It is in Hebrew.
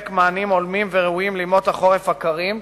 מענים הולמים וראויים לימות החורף הקרים,